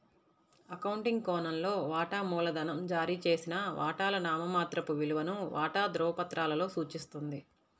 accounting కోణంలో, వాటా మూలధనం జారీ చేసిన వాటాల నామమాత్రపు విలువను వాటా ధృవపత్రాలలో సూచిస్తుంది